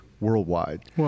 worldwide